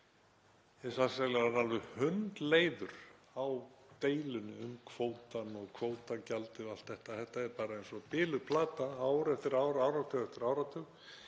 að segja orðinn hundleiður á deilunni um kvótann og kvótagjaldið og allt þetta, þetta er bara eins og biluð plata ár eftir ár og áratug eftir áratug.